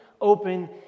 open